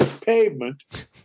pavement